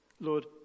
Lord